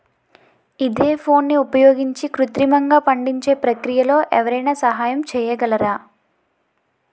ఈథెఫోన్ని ఉపయోగించి కృత్రిమంగా పండించే ప్రక్రియలో ఎవరైనా సహాయం చేయగలరా?